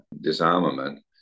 disarmament